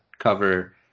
cover